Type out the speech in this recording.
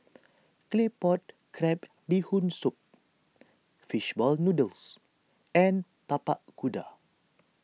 Claypot Crab Bee Hoon Soup Fish Ball Noodles and Tapak Kuda